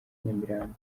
nyamirambo